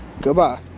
Goodbye